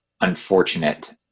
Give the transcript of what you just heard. unfortunate